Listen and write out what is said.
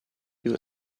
you